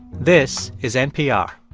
this is npr